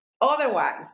Otherwise